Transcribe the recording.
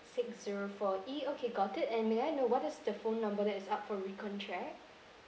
six zero four E okay got it and may I know what is the phone number that is up for recontract